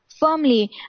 firmly